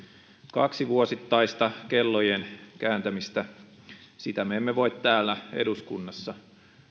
kaksi vuosittaista kellojen kääntämistä me emme voi täällä eduskunnassa